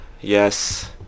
yes